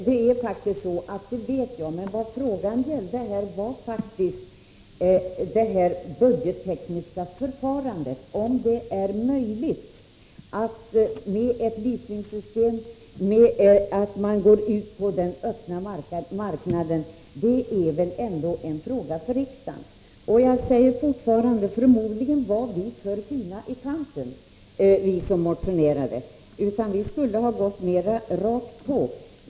Herr talman! Vad frågan gällde var faktiskt det budgettekniska förfarandet, om det är möjligt att tillämpa ett leasingsystem, att gå ut på öppna marknaden. Det är ändå en fråga för riksdagen. Jag säger fortfarande: Förmodligen var vi för fina i kanten, vi som motionerade. Vi borde ha gått mera rakt på.